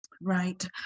Right